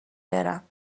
برم